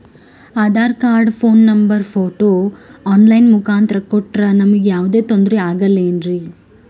Aadhaar card, phone number, photo online ಮುಖಾಂತ್ರ ಕೊಟ್ರ ನಮಗೆ ಯಾವುದೇ ತೊಂದ್ರೆ ಆಗಲೇನ್ರಿ?